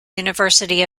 university